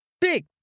Big